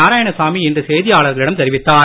நாராயணசாமி இன்று செய்தியாளர்களிடம் தெரிவித்தார்